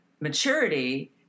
maturity